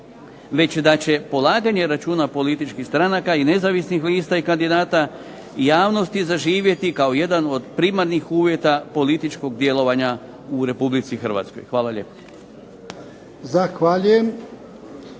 već da će polaganje računa političkih stranka i nezavisnih lista i kandidata javnosti zaživjeti kao jedan od primarnih uvjeta političkog djelovanja u Republici Hrvatskoj. Hvala lijepo.